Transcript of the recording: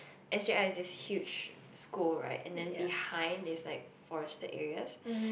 S J I is the huge school right and then behind is like forested areas